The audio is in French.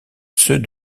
ceux